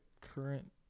current